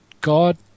God